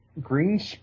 green